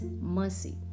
mercy